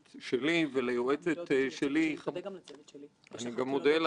כל מיני מומחים שלימדו אותנו הרבה ואני מודה להם באמת בחום גדול.